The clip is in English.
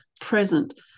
present